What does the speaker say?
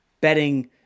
betting